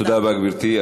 תודה רבה, גברתי.